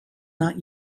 not